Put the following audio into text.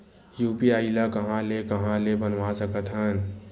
UPI ल कहां ले कहां ले बनवा सकत हन?